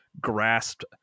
grasped